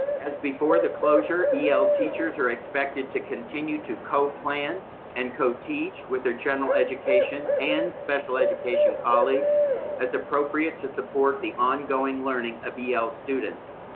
as before the closure, el teachers are expected to continue to co-plan and co-teach with their general education and special education colleagues as appropriate to support the ongoing learning of yeah el students.